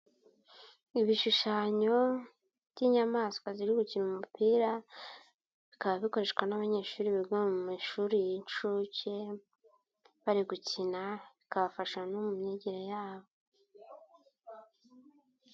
Ibishushanyo by'inyamaswa ziri gukina umupira bikaba bikoreshwa n'abanyeshuri biga mu mashuri y'inshuke, bari gukina bikabafasha no mu myigire yabo.